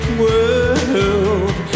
world